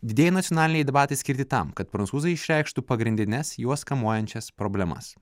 didieji nacionaliniai debatai skirti tam kad prancūzai išreikštų pagrindines juos kamuojančias problemas